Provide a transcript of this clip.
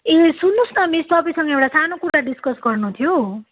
ए सुन्नु होस् न मिस तपाईँसँग एउटा सानो कुरा डिस्कस गर्नु थियो